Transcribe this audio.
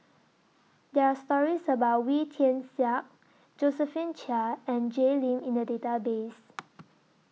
There Are stories about Wee Tian Siak Josephine Chia and Jay Lim in The Database